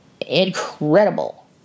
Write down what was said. incredible